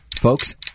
Folks